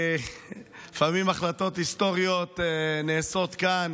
לפעמים ההחלטות ההיסטוריות נעשות כאן